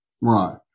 Right